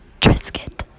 Triscuit